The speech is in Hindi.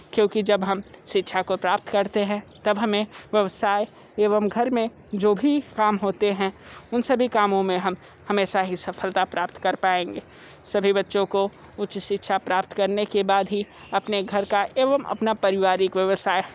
क्यूोंकि जब हम शिक्षा को प्राप्त करते हैं तब हमें व्यवसाय एवं घर में जो भी काम होते हैं उन सभी कामों में हम हमेशा ही सफलता प्राप्त कर पाएंगे सभी बच्चों को उच्च शिक्षा प्राप्त करने के बाद ही अपने घर का एवं अपना पारिवारिक व्यवसाय